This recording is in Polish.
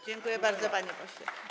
Dziękuję bardzo, panie pośle.